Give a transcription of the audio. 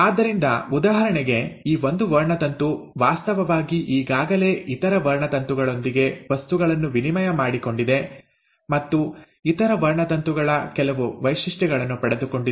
ಆದ್ದರಿಂದ ಉದಾಹರಣೆಗೆ ಈ ಒಂದು ವರ್ಣತಂತು ವಾಸ್ತವವಾಗಿ ಈಗಾಗಲೇ ಇತರ ವರ್ಣತಂತುಗಳೊಂದಿಗೆ ವಸ್ತುಗಳನ್ನು ವಿನಿಮಯ ಮಾಡಿಕೊಂಡಿದೆ ಮತ್ತು ಇತರ ವರ್ಣತಂತುಗಳ ಕೆಲವು ವೈಶಿಷ್ಟ್ಯಗಳನ್ನು ಪಡೆದುಕೊಂಡಿದೆ